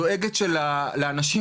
דואגת שלאנשים,